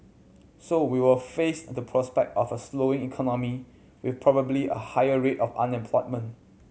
so we will face the prospect of a slowing economy with probably a higher rate of unemployment